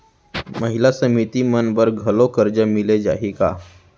महिला समिति मन बर घलो करजा मिले जाही का?